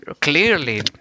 clearly